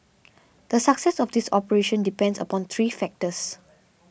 the success of this operation depends upon three factors